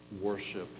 worship